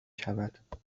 شود